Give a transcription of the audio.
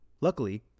Luckily